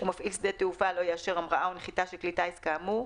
ומפעיל שדה תעופה לא יאשר המראה או נחיתה של כלי טיס כאמור,